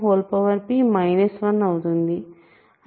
yfy1 y1p 1 అవుతుంది